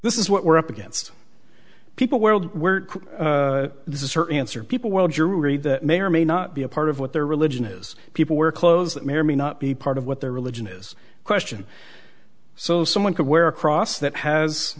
this is what we're up against people world this is certain answer people world jury that may or may not be a part of what their religion is people wear clothes that may or may not be part of what their religion is question so someone could wear a cross that has